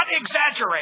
exaggerate